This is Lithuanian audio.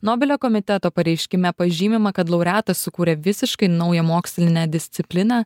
nobelio komiteto pareiškime pažymima kad laureatas sukūrė visiškai naują mokslinę discipliną